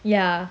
ya